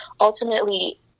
ultimately